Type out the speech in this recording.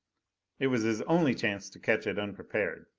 it was his only chance to catch it unprepared.